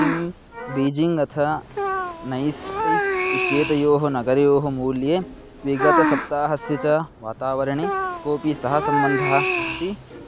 किं बीजिङ्ग् अथ नैस्टैक् इत्येतयोः नगरयोः मूल्ये विगतसप्ताहस्य च वातावरणे कोपि सहसम्बन्धः अस्ति